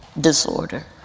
disorder